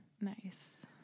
Nice